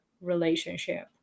relationship